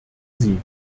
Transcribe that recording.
sie